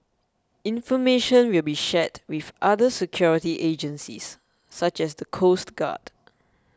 information will be shared with other security agencies such as the coast guard